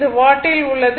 அது வாட்டில் உள்ளது